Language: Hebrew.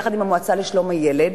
יחד עם המועצה לשלום הילד,